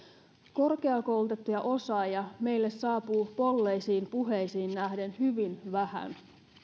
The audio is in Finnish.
korkeakoulutettuja osaajia meille saapuu polleisiin puheisiin nähden hyvin vähän